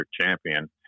champion